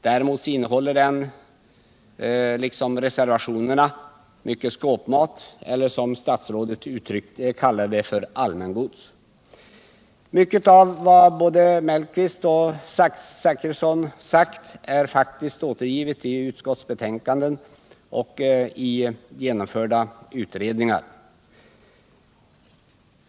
Däremot innehåller den liksom reservationerna mycket skåpmat eller, som statsrådet kallade det, allmängods. Mycket av vad både Sven Mellqvist och Bertil Zachrisson sagt finns faktiskt återgivet i utskottsbetänkanden och genomförda utredningar.